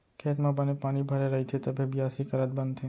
खेत म बने पानी भरे रइथे तभे बियासी करत बनथे